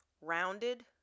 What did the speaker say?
Rounded